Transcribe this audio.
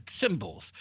symbols